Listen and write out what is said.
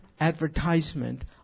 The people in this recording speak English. advertisement